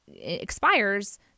expires